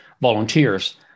volunteers